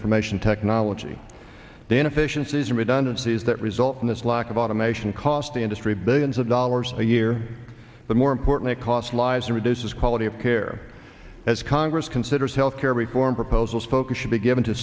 information technology the inefficiencies and redundancies that result in this lack of automation cost the industry billions of dollars a year but more importantly cost lives and reduces quality of care as congress considers health care reform proposals focus should be given to